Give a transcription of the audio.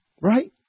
Right